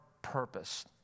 purpose